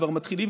כבר מתחילים,